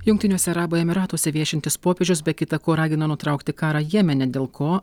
jungtiniuose arabų emyratuose viešintis popiežius be kita ko ragino nutraukti karą jemene dėl ko